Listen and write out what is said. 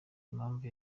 impamvu